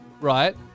Right